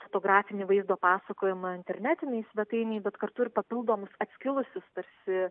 fotografinį vaizdo pasakojimą internetinėj svetainėj bet kartu ir papildomus atskilusius tarsi